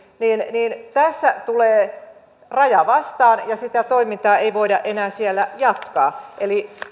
niin tässä tulee raja vastaan ja sitä toimintaa ei voida enää siellä jatkaa eli